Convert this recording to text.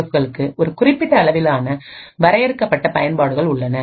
எஃப்களுக்கு ஒரு குறிப்பிட்ட அளவிலான வரையறுக்கப்பட்ட பயன்பாடுகள் உள்ளன